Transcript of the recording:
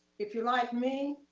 if you're like me,